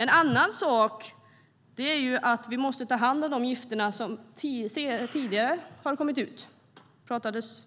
En annan sak är att vi måste ta hand om de gifter som tidigare har kommit ut. Det pratades